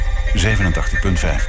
87.5